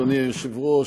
אדוני היושב-ראש,